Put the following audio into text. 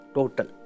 Total